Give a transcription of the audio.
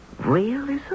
Realism